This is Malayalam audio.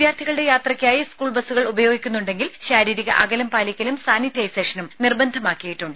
വിദ്യാർഥികളുടെ യാത്രയ്ക്കായി സ്കൂൾ ബസുകൾ ഉപയോഗിക്കുന്നുണ്ടെങ്കിൽ ശാരീരിക അകലം പാലിക്കലും സാനിറ്റൈസേഷനും നിർബന്ധമാക്കിയിട്ടുണ്ട്